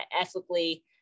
ethically